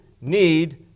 need